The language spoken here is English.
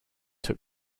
shook